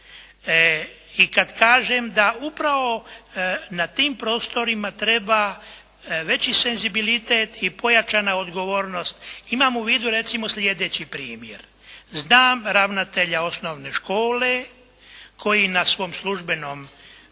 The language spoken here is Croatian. i kad kažem da upravo na tim prostorima treba veći senzibilitet i pojačana odgovornost, imam u vidu, recimo, sljedeći primjer. Znam ravnatelja osnovne škole koji na svom službenom